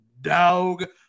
dog